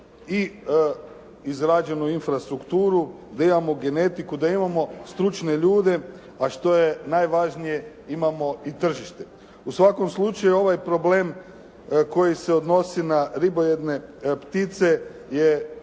i izrađenu infrastrukturu, da imamo genetiku, da imamo stručne ljude, a što je najvažnije imamo i tržište. U svakom slučaju ovaj problem koji se odnosi na ribojedne ptice je